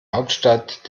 hauptstadt